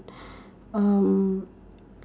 um